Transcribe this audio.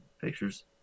pictures